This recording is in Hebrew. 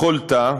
בכל תא,